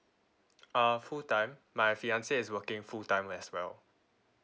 uh full time my fiancée is working full time as well